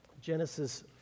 Genesis